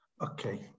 Okay